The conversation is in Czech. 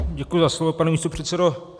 Děkuji za slovo, pane místopředsedo.